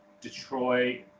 Detroit